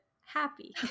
happy